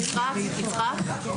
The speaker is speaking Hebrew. הישיבה נעולה.